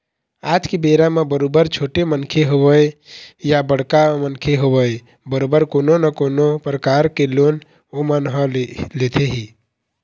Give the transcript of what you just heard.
आज के बेरा म बरोबर छोटे मनखे होवय या बड़का मनखे होवय बरोबर कोनो न कोनो परकार के लोन ओमन ह लेथे ही